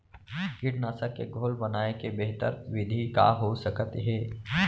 कीटनाशक के घोल बनाए के बेहतर विधि का हो सकत हे?